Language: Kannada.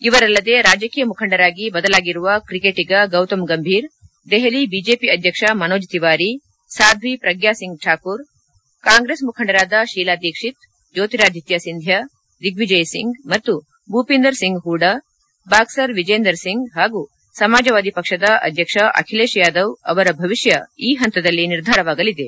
ಇವರಲ್ಲದೆ ರಾಜಕೀಯ ಮುಖಂಡರಾಗಿ ಬದಲಾಗಿರುವ ಕ್ರಿಕೆಟಿಗ ಗೌತಮ್ ಗಂಭೀರ್ ದೆಹಲಿ ಬಿಜೆಪಿ ಅಧ್ಯಕ್ಷ ಮನೋಜ್ ತಿವಾರಿ ಸಾಧ್ವಿ ಪ್ರಗ್ಯಾ ಸಿಂಗ್ ಠಾಕೂರ್ ಕಾಂಗ್ರೆಸ್ ಮುಖಂಡರಾದ ಶೀಲಾ ದಿಕ್ಷಿತ್ ಜ್ಞೋತಿರಾಧಿತ್ಯ ಸಿಂದ್ಲಾ ದಿಗ್ನಿಜಯ್ ಸಿಂಗ್ ಮತ್ತು ಭೂಪಿಂದರ್ ಸಿಂಗ್ ಹೂಡಾ ಬಾಕ್ವರ್ ವಿಜೇಂದರ್ ಸಿಂಗ್ ಹಾಗೂ ಸಮಾಜವಾದಿ ಪಕ್ಷದ ಅಧ್ಯಕ್ಷ ಅಖಿಲೇಶ್ ಯಾದವ್ ಅವರ ಭವಿಷ್ಣ ಈ ಹಂತದಲ್ಲಿ ನಿರ್ಧಾರವಾಗಲಿದೆ